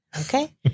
okay